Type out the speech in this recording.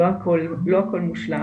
לא הכל מושלם.